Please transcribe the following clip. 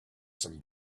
some